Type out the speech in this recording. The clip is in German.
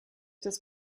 das